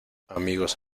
amigos